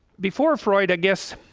before freud i guess